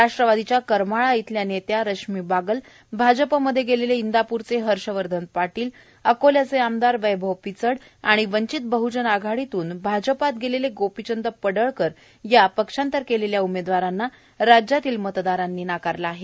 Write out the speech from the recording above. राष्ट्रवादीच्या करमाळा इथल्या नेत्या रश्मी बागल भाजपमध्ये गेलेले इंदापूरचे हर्षवर्धन पाटीलए अकोल्याचे आमदार वैभव पिचड आणि वंचित बहजन आघाडीतून भाजपात गेलेले गोपीचंद पडळकर या पक्षांतर केलेल्या उमेदवारांना राज्यातील मतदारांनी नाकारलं आहे